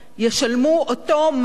ישלמו אותו מס